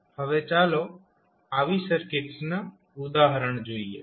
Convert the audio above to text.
હવે ચાલો આવી સર્કિટ્સના ઉદાહરણ જોઈએ